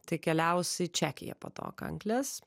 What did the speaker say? tai keliausiu į čekiją po to kanklės